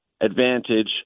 advantage